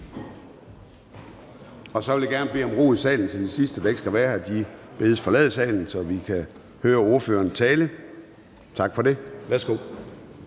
Jeg vil gerne bede om ro i salen. De sidste, der ikke skal være her, bedes forlade salen, så vi kan høre ordføreren tale. Tak for det. Værsgo.